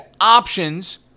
options